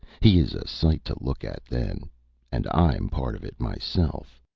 he is a sight to look at then and i'm part of it myself.